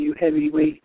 heavyweight